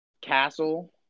castle